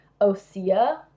Osea